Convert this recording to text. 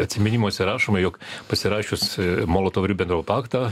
atsiminimuose rašoma jog pasirašius molotovo ribentropo paktą